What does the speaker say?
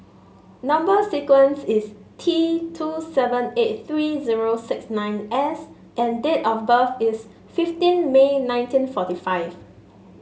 number sequence is T two seven eight three zero six nine S and date of birth is fifteen May nineteen forty five